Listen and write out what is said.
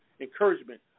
encouragement